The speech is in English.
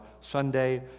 Sunday